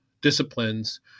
disciplines